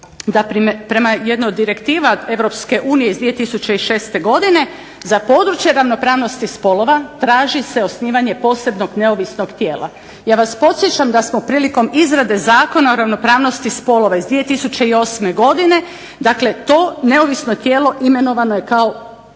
da prema jednoj od direktiva Europske unije iz 2006. godine za područje ravnopravnosti spolova traži se osnivanje posebnog neovisnog tijela. Ja vas podsjećam da smo prilikom izrade Zakona o ravnopravnosti spolova iz 2008. godine, dakle to neovisno tijelo imenovano je kao